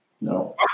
No